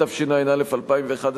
התשע"א 2011,